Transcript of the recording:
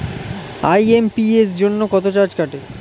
IMPS জন্য কত charge কাটে?